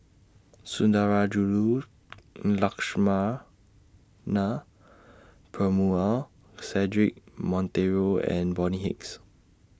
Sundarajulu Lakshmana Cedric Monteiro and Bonny Hicks